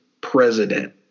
president